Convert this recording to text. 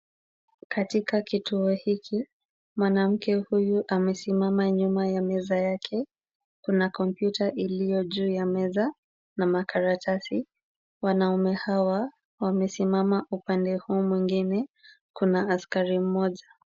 Katika kituo hiki, mwanamke amesimama nyuma ya meza yake. Kuna kompyuta iliyo juu ya meza na makaratasi. Wanaume hawa wamesimama upande huu mwingine. Kuna askari mmoja.